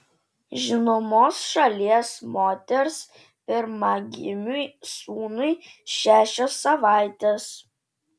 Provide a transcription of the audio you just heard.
žinomos šalies moters pirmagimiui sūnui šešios savaitės